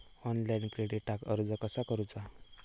Online क्रेडिटाक अर्ज कसा करुचा?